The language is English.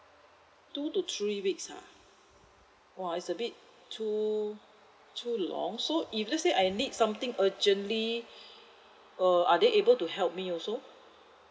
two to three weeks ha !wah! is a bit too too long so if let's say I need something urgently uh are they able to help me also